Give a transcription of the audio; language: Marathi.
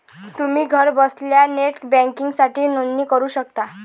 तुम्ही घरबसल्या नेट बँकिंगसाठी नोंदणी करू शकता